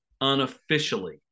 unofficially